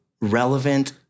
relevant